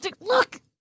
Look